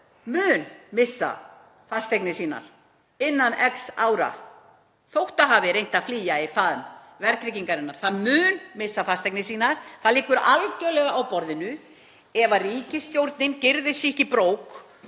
mun missa fasteignir sínar innan X ára þótt það hafi reynt að flýja í faðm verðtryggingarinnar. Það mun missa fasteignir sínar, það liggur algjörlega á borðinu, ef ríkisstjórnin gyrðir sig ekki